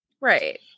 Right